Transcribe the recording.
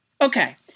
Okay